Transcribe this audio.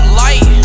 light